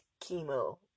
chemo